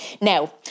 Now